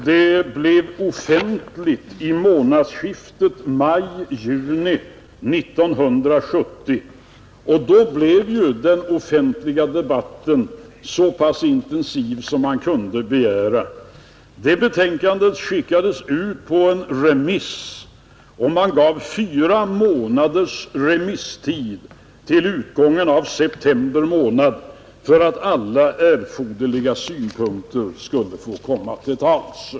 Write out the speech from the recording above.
Det blev offentligt vid månadsskiftet maj-juni 1970 och då blev ju den offentliga debatten så pass intensiv som man kunde begära, Betänkandet skickades ut på remiss. Man gav fyra månaders remisstid, till utgången av september månad, för att alla erforderliga synpunkter skulle få komma till tals.